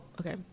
okay